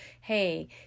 Hey